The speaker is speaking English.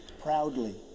proudly